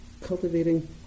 cultivating